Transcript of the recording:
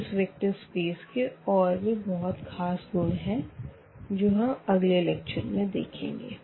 इस vector space के और भी बहुत खास गुण है जो हम अगले लेक्चर में देखेंगे